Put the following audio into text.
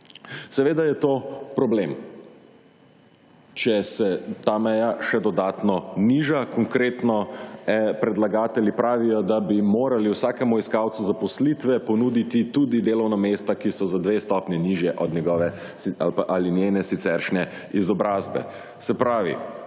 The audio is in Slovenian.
Seveda je to problem, če se ta meja še dodatno niža. Konkretno, predlagatelji pravijo, da bi morali vsakemu iskalcu zaposlitve ponuditi tudi delovna mesta, ki so za dve stopnji nižje od njegove ali njene siceršnje izobrazbe. Se pravi,